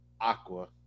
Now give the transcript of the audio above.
Aqua